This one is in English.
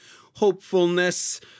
hopefulness